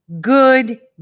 good